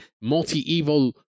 multi-evil